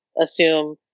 assume